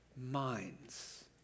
minds